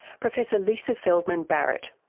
professor lisa feldman barrett.